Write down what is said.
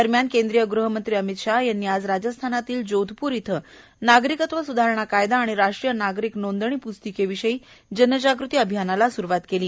दरम्यान केंद्रीय ग्रहमंत्री अमित शाह यांनी आज राजस्थानातल्या जोधपूर इथं नागरिकत्व सुधारणा कायदा आणि राष्ट्रीय नागरिक नोंदणी प्रस्तिकेविषयी जनजागृती अभियानाला प्रारंभ केला